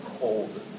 cold